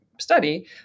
study